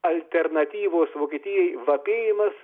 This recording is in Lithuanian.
alternatyvos vokietijai vapėjimas